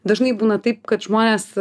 dažnai būna taip kad žmonės